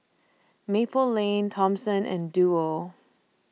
Maple Lane Thomson and Duo